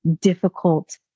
difficult